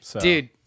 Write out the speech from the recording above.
dude